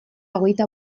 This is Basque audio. hogeita